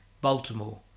Baltimore